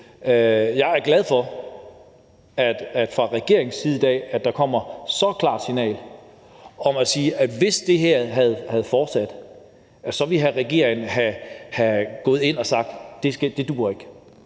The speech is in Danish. Jeg er glad for, at der fra regeringens side i dag kommer så klart et signal om, at hvis det her var fortsat, ville regeringen være gået ind og have sagt: Det duer ikke.